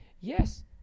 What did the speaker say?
yes